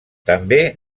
també